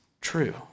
true